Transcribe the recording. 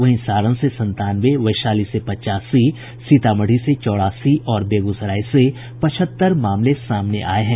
वहीं सारण से संतानवे वैशाली से पचासी सीतामढ़ी से चौरासी और बेगूसराय से पचहत्तर मामले सामने आये हैं